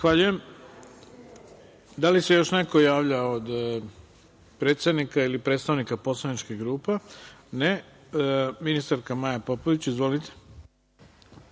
Zahvaljujem. Da li se još neko javlja od predsednika ili predstavnika poslaničkih grupa? Ne. Reč ima ministarka Maja Popović. Izvolite.